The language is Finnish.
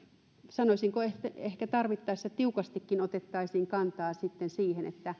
sanoisinko ehkä tarvittaessa tiukastikin otettaisiin kantaa sitten siihen